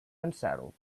unsettled